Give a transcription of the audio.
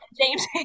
James